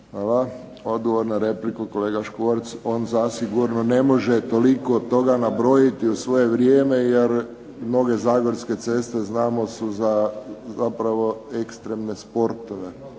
Hvala. Odgovor na repliku kolega Škvorc. On zasigurno ne može toliko toga nabrojiti u ovo vrijeme jer ove zagorske ceste su zapravo za ekstremne sportove